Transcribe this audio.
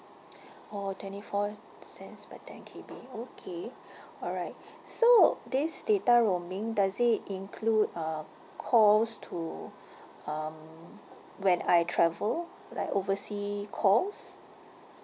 orh twenty four cents per ten K_B okay alright so this data roaming does it include uh calls to um when I travel like oversea calls